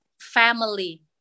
family